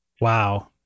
Wow